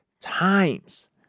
times